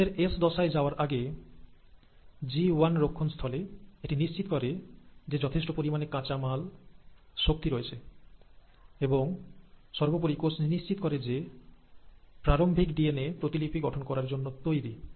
কোষের এস দশায় যাওয়ার আগে জি ওয়ান রক্ষণ স্থলে এটি নিশ্চিত করে যে যথেষ্ট পরিমাণে কাঁচামাল শক্তি রয়েছে এবং সর্বোপরি কোষ নিশ্চিত করে যে প্রারম্ভিক ডিএনএ প্রতিলিপি গঠন করার জন্য তৈরি